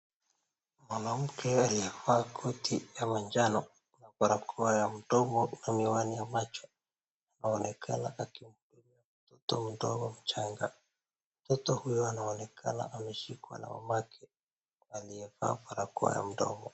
Mwanamke aliyevaa koti ya manjano, barakoa ya mdomo na miwani ya macho, anaonekana akimdunga mtoto mdogo mchanga, mtoto huyu anaonekana ameshikwa na mama yake aliyevaa barakoa ya mdomo.